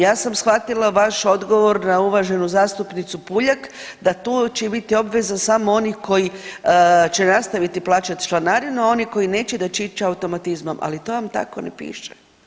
Ja sam shvatila vaš odgovor na uvaženu zastupnicu Puljak da tu će biti obveza samo onih koji će nastaviti plaćat članarinu, a oni koji neće da će ići automatizmom, ali to vam tako ne piše.